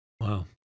Wow